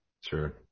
Sure